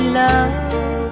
love